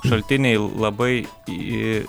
šaltiniai labai į